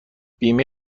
بیمه